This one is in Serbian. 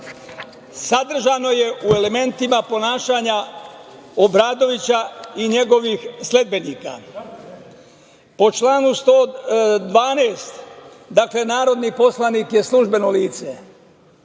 sadržano je u elementima ponašanja Obradovića i njegovih sledbenika. Po članu 112, dakle narodni poslanik je službeno lice.